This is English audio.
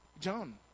John